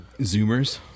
Zoomers